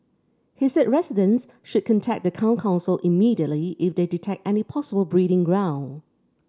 he said residents should contact the town council immediately if they detect any possible breeding ground